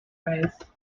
arise